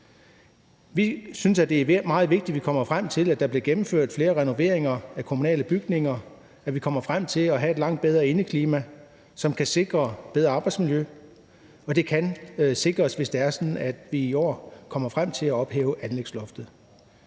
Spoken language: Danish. Vi synes, det er meget vigtigt, at vi kommer frem til, at der bliver gennemført flere renoveringer af kommunale bygninger, og at vi kommer frem til at have et langt bedre indeklima, som kan sikre et bedre arbejdsmiljø, og det kan sikres, hvis det er sådan, at vi i år kommer frem til at ophæve anlægsloftet.